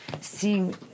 seeing